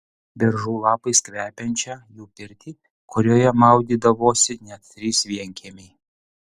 beržų lapais kvepiančią jų pirtį kurioje maudydavosi net trys vienkiemiai